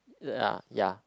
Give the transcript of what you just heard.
uh ah ya